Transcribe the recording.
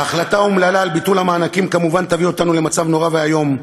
ההחלטה האומללה על ביטול המענקים כמובן תביא אותנו למצב נורא ואיום.